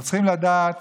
אנחנו צריכים לדעת